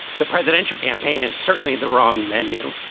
the presidential campaign is certainly the wrong venue.